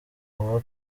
uwa